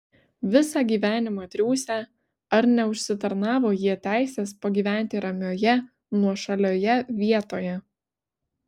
visą gyvenimą triūsę ar neužsitarnavo jie teisės pagyventi ramioje nuošalioje vietoje